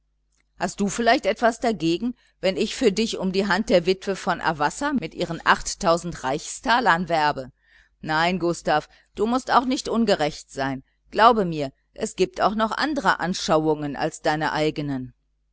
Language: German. hast du vielleicht etwas dagegen wenn ich für dich um die hand der witwe in avassa mit ihren achttausend reichstalern werbe nein gustav du mußt auch nicht ungerecht sein glaube mir es gibt auch noch andere anschauungen als deine eigenen